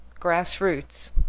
grassroots